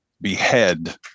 behead